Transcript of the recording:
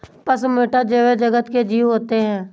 पशु मैटा जोवा जगत के जीव होते हैं